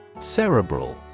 Cerebral